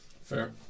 fair